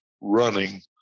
running